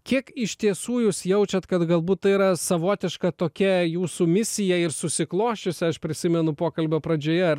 kiek iš tiesų jūs jaučiat kad galbūt tai yra savotiška tokia jūsų misija ir susiklosčiusi aš prisimenu pokalbio pradžioje ar